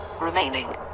remaining